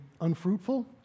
unfruitful